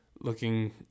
looking